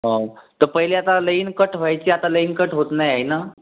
हो तर पहिले आता लईन कट व्हायचे आता लईन कट होत नाही आहे ना